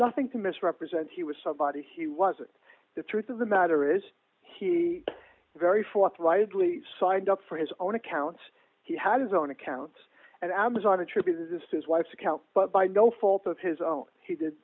nothing to misrepresent he was somebody he wasn't the truth of the matter is he very forthrightly signed up for his own accounts he had his own accounts and amazon attributed this to his wife's account but by no fault of his own he did